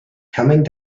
coming